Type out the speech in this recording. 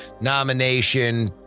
nomination